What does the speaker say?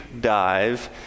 dive